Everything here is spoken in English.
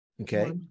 okay